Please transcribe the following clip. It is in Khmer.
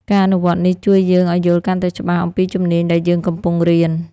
ការអនុវត្តនេះជួយយើងឲ្យយល់កាន់តែច្បាស់អំពីជំនាញដែលយើងកំពុងរៀន។